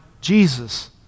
Jesus